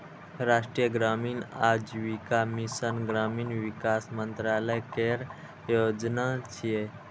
राष्ट्रीय ग्रामीण आजीविका मिशन ग्रामीण विकास मंत्रालय केर योजना छियै